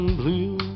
blue